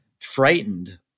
frightened